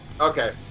Okay